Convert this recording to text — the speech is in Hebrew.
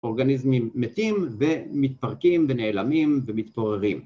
אורגניזמים מתים ומתפרקים ונעלמים ומתפוררים